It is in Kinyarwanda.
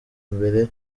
mbere